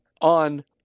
On